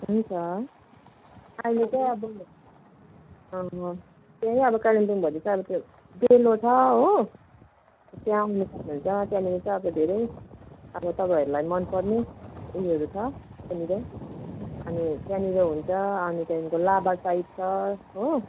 हुन्छ अहिले चाहिँ अब यहीँ अब कालिम्पोङभरि त अब त्यो डेलो छ हो त्यहाँ आउनु सक्नुहुन्छ त्यहाँनिर चाहिँ अब धेरै अब तपाईँहरूलाई मन पर्ने उयोहरू छ त्यहाँनिर अनि त्यहाँनिर हुन्छ अनि त्यहाँदेखिको लाभा साइट छ हो